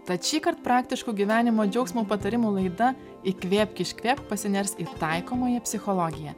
tad šįkart praktiško gyvenimo džiaugsmo patarimų laida įkvėpk iškvėpk pasiners į taikomąją psichologiją